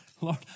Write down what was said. Lord